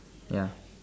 ya